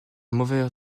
mauvais